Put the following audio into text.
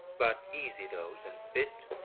but easy those and fit,